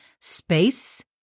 space